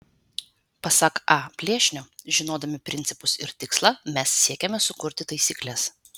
pasak a plėšnio žinodami principus ir tikslą mes siekiame sukurti taisykles